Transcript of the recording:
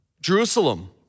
Jerusalem